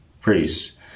priests